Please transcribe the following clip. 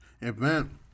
event